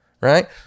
right